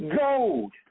gold